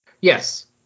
Yes